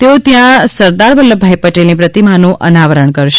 તેઓ ત્યાં સરદાર વલ્લભભાઈ પટેલની પ્રતિમાનું અનાવરણ કરશે